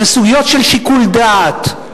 הן סוגיות של שיקול דעת,